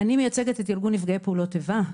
אני מייצגת את ארגון נפגעי פעולות איבה,